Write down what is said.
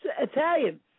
Italian